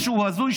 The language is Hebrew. משהו הזוי.